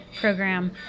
program